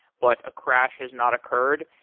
but a crash has not occurred,